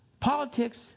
Politics